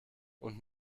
und